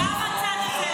גם הצד הזה.